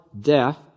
death